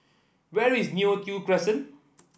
where is Neo Tiew Crescent